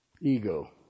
Ego